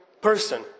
person